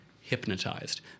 hypnotized